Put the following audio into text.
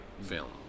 film